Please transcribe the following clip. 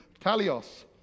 talios